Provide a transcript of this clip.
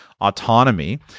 autonomy